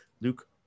Luke